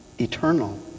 eternal